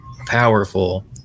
powerful